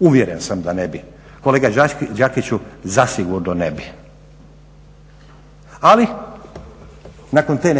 Uvjeren sam da ne bi, kolega Đakiću zasigurno ne bi. Ali nakon te